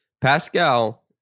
Pascal